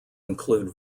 include